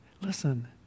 listen